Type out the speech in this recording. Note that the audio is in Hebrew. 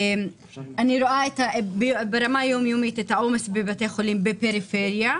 אני רואה ברמה היומיומית את העומס בבתי החולים בפריפריה.